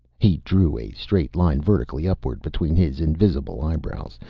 he drew a straight line vertically upward between his invisible eyebrows,